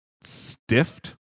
stiffed